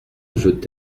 veut